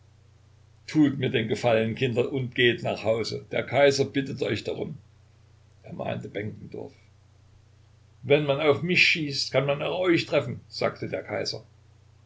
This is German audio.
tut mir den gefallen kinder und geht nach hause der kaiser bittet euch darum ermahnte benkendorf wenn man auf mich schießt kann man auch euch treffen sagte der kaiser